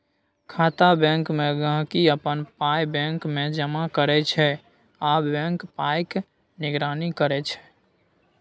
खाता बैंकमे गांहिकी अपन पाइ बैंकमे जमा करै छै आ बैंक पाइक निगरानी करै छै